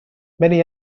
many